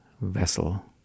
vessel